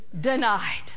denied